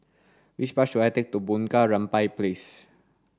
which bus should I take to Bunga Rampai Place